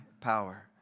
power